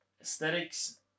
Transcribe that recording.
aesthetics